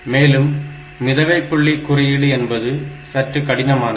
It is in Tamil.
மேலும் மிதவைப் புள்ளி குறியீடு என்பது சற்று கடினமானது